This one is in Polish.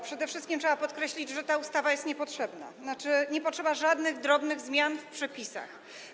Przede wszystkim trzeba podkreślić, że ta ustawa jest niepotrzebna, tzn. nie potrzeba żadnych drobnych zmian w przepisach.